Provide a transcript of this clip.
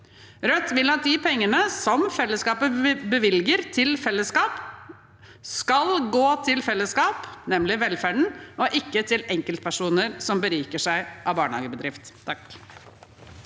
Rødt vil at de pengene som fellesskapet bevilger til fellesskap, skal gå til fellesskap – nemlig velferden – og ikke til enkeltpersoner som beriker seg på barnehagedrift.